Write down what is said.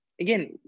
Again